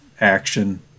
action